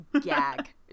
gag